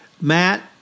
Matt